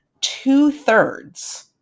two-thirds